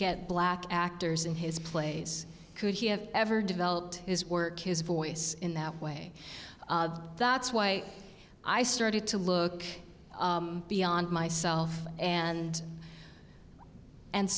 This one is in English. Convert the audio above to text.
get black actors in his plays could he have ever developed his work his voice in that way that's why i started to look beyond myself and and